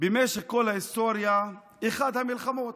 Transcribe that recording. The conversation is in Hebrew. במשך כל ההיסטוריה זה המלחמות.